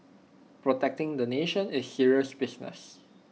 protecting the nation is serious business